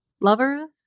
Lovers